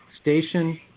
station